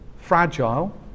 fragile